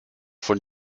von